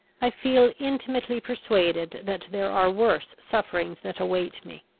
i feel intimately persuaded that there are worse sufferings that await me.